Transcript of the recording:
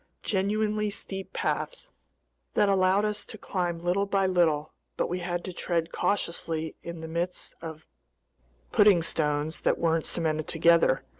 genuinely steep paths that allowed us to climb little by little but we had to tread cautiously in the midst of pudding stones that weren't cemented together,